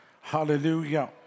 Hallelujah